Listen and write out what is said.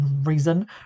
reason